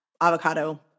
avocado